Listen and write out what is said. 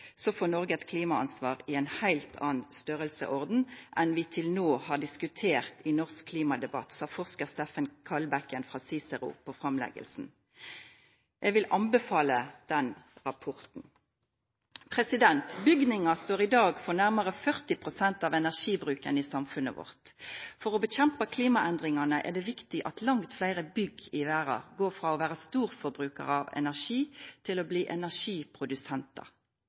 får Noreg eit klimaansvar i ein heilt annan storleik enn vi til no har diskutert i norsk klimadebatt, sa forskar Steffen Kallbekken frå CICERO ved framlegginga. Eg vil anbefala den rapporten. Bygningar står i dag for nærmare 40 pst. av energibruken i samfunnet vårt. For å kjempa mot klimaendringane er det viktig at langt fleire bygg i verda går frå å vera storforbrukarar av energi til å bli energiprodusentar.